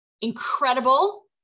incredible